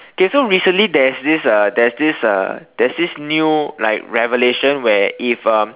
okay so recently there's this uh there's this uh there's this new like revelation where if um